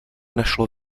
našlo